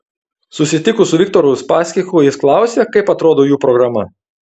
susitikus su viktoru uspaskichu jis klausė kaip atrodo jų programa